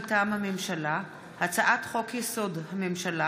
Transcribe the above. מטעם הממשלה: הצעת חוק-יסוד: הממשלה